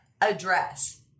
address